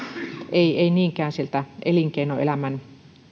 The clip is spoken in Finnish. ei ei niinkään sieltä elinkeinoelämän